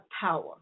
power